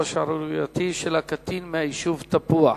השערורייתי של הקטין מהיישוב תפוח,